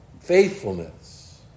faithfulness